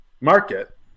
market